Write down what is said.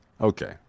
Okay